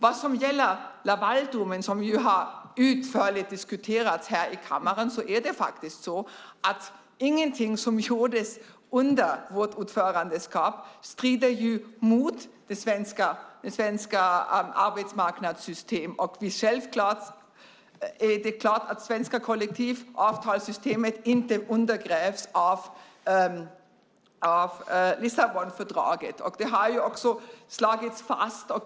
När det gäller Lavaldomen, som ju har diskuterats utförligt här i kammaren, är det faktiskt så att ingenting som gjordes under vårt ordförandeskap strider mot det svenska arbetsmarknadssystemet. Självklart undergrävs inte det svenska kollektivavtalssystemet av Lissabonfördraget. Det har också slagits fast.